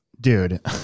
Dude